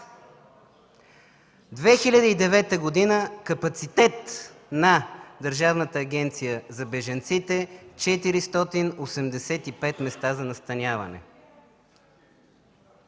2009 г. капацитет на Държавната агенция за бежанците –485 места за настаняване.